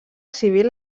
civil